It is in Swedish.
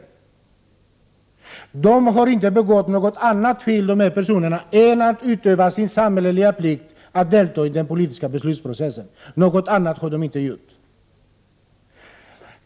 Dessa personer hade inte begått något annat fel än att utöva sin samhälleliga plikt att delta i den politiska beslutsprocessen. Något annat hade de inte gjort.